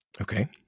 Okay